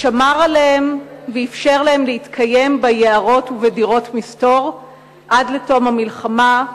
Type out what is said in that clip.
שמר עליהם ואפשר להם להתקיים ביערות ובדירות מסתור עד לתום המלחמה,